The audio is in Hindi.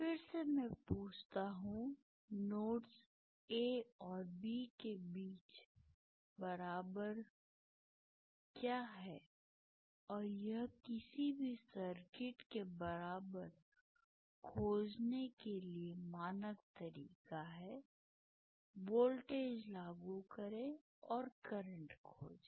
फिर से मैं पूछता हूं नोड्स A और B के बीच बराबर क्या है और यह किसी भी सर्किट के बराबर खोजने के लिए मानक तरीका है वोल्टेज लागू करें और करंट खोजें